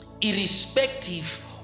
irrespective